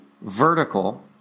vertical